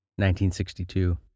1962